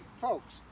folks